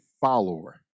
follower